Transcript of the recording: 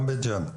גם בית ג'ן.